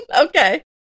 Okay